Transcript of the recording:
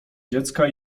dziecka